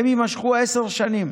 הם יימשכו עשר שנים